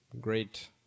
great